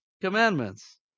commandments